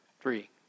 three